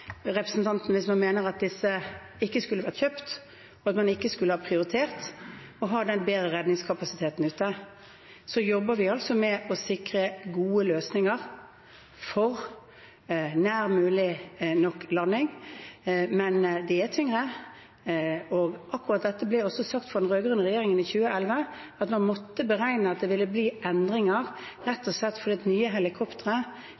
representanten – hvis man mener at disse ikke skulle vært kjøpt, og at man ikke skulle ha prioritert å ha en bedre redningskapasitet ute. Vi jobber altså med å sikre gode løsninger for nær nok landing. Men helikoptrene er tyngre, og akkurat det ble også sagt fra den rød-grønne regjeringen i 2011, at man måtte beregne at det ville bli endringer,